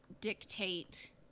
dictate